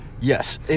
Yes